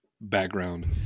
background